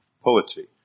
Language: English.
poetry